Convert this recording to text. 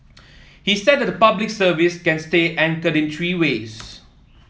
he said that the Public Service can stay anchored in three ways